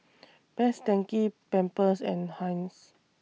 Best Denki Pampers and Heinz